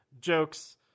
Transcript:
jokes